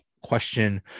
question